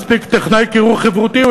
מספיק טכנאי קירור חברותי.